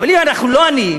אבל אם אנחנו לא עניים,